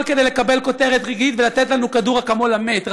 כדי לקבל כותרת רגעית ולתת לנו כדור אקמול למת.